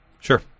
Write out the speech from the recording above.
Sure